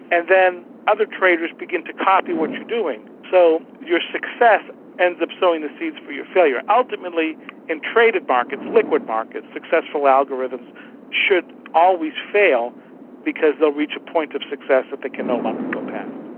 and then other traders begin to copy what you're doing. so your success ends up sewing the seeds for your failure. ultimately in trading markets, liquid markets, successful algorithms should always fail because they'll reach a point of success that they can no longer go past.